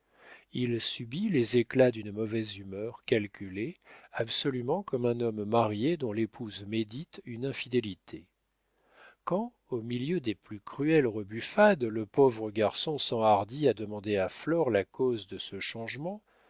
il subit les éclats d'une mauvaise humeur calculée absolument comme un homme marié dont l'épouse médite une infidélité quand au milieu des plus cruelles rebuffades le pauvre garçon s'enhardit à demander à flore la cause de ce changement